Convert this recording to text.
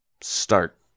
start